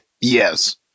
yes